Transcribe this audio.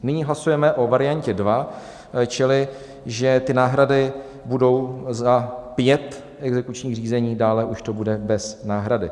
Nyní hlasujeme o variantě 2, čili že náhrady budou za pět exekučních řízení, dále už to bude bez náhrady.